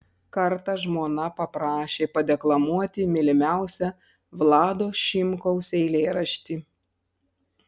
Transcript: kartą žmona paprašė padeklamuoti mylimiausią vlado šimkaus eilėraštį